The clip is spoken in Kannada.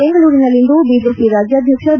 ಬೆಂಗಳೂರಿನಲ್ಲಿಂದು ಬಿಜೆಪಿ ರಾಜ್ಯಾಡ್ನಕ್ಷ ಬಿ